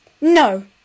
no